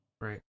Right